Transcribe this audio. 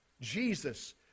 Jesus